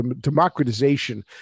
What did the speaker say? democratization